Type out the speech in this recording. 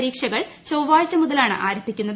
പരീക്ഷകൾ ചൊവ്വാഴ്ച മുതലാണ് ആരംഭിക്കുന്നത്